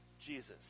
Jesus